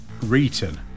Riton